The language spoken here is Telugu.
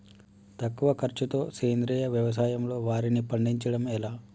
తక్కువ ఖర్చుతో సేంద్రీయ వ్యవసాయంలో వారిని పండించడం ఎలా?